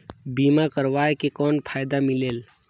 बीमा करवाय के कौन फाइदा मिलेल?